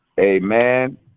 Amen